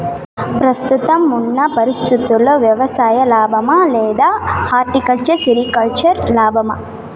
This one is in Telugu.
ప్రస్తుతం ఉన్న పరిస్థితుల్లో వ్యవసాయం లాభమా? లేదా హార్టికల్చర్, సెరికల్చర్ లాభమా?